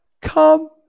Come